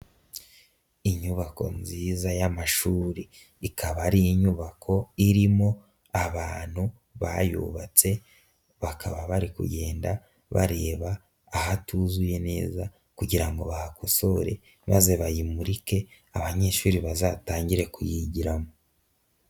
Inyubako nziza y'amashuri ikaba ari inyubako irimo abantu bayubatse bakaba bari kugenda bareba ahatuzuye neza kugira ngo bahakosore, maze bayimurike, abanyeshuri bazatangire kuyigiramo.